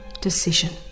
decision